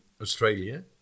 australia